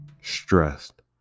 stressed